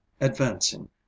advancing